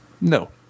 No